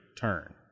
turn